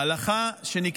ההלכה של בית המשפט העליון,